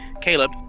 Caleb